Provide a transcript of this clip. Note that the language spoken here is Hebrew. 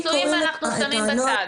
על נישואים אנחנו שמים בצד.